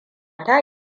ta